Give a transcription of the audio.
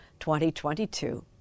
2022